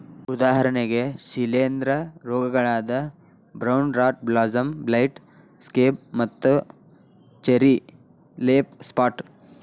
ಉದಾಹರಣೆಗೆ ಶಿಲೇಂಧ್ರ ರೋಗಗಳಾದ brown rot blossom blight, scab ಮತ್ತು ಚೆರ್ರಿ ಲೇಫ್ ಸ್ಪಾಟ್